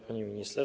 Pani Minister!